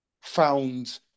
found